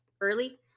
early